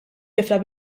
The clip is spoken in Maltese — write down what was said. tifla